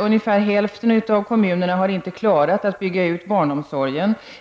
Ungefär hälften av kommunerna har inte klarat att bygga ut barnomsorgen.